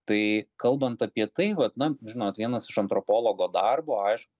tai kalbant apie tai vat na žinot vienas iš antropologo darbo aiš